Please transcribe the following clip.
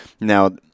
Now